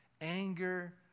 anger